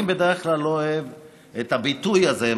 אני בדרך כלל לא אוהב את הביטוי הזה,